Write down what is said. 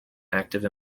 active